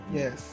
yes